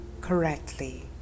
correctly